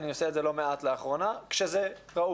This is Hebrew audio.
אני עושה את זה לא מעט לאחרונה כשזה ראוי.